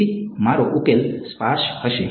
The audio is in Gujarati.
તેથી મારો ઉકેલ સ્પાર્સ હશે